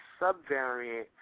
subvariant